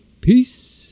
peace